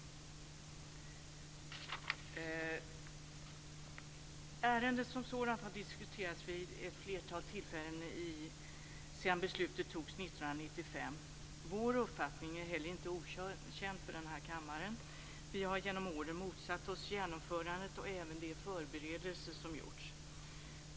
Ärendet har diskuterats vid ett flertal tillfällen sedan beslutet togs 1995. Vår uppfattning är heller inte okänd för denna kammare. Vi har genom åren motsatt oss genomförandet och även de förberedelser som gjorts.